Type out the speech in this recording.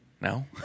No